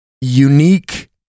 unique